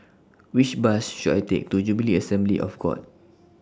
Which Bus should I Take to Jubilee Assembly of God